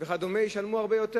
וכדומה ישלמו הרבה יותר.